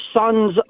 son's